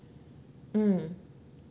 mm